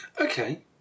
Okay